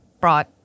brought